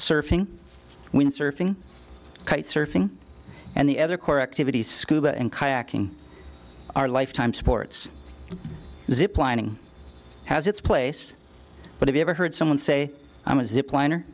surfing windsurfing kite surfing and the other core activities scuba and kayaking our lifetime sports ziplining has its place but if you ever heard someone say i'm a zip line